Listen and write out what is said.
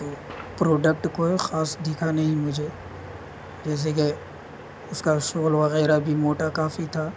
تو پروڈکٹ کوئی خاص دکھا نہیں مجھے جیسے کہ اس کا سول وغیرہ بھی موٹا کافی تھا